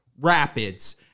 rapids